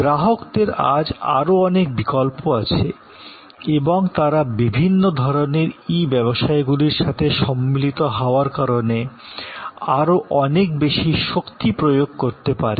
গ্রাহকদের আজ আরও অনেক বিকল্প আছে এবং তারা বিভিন্ন ধরণের ই ব্যবসায়গুলির সাথে সম্মিলিত হওয়ার কারণে আরও অনেক বেশি প্রভাব বিস্তার করতে পারে